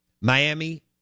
Miami